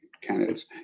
candidates